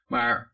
Maar